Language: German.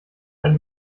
ein